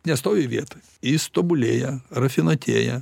nestovi vietoj jis tobulėja rafinuotėja